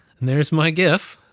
and there's my gif.